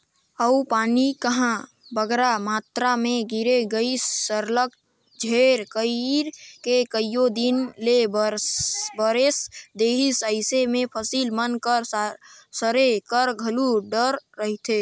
अउ पानी कहांे बगरा मातरा में गिर गइस सरलग झेर कइर के कइयो दिन ले बरेस देहिस अइसे में फसिल मन कर सरे कर घलो डर रहथे